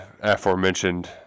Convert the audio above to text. aforementioned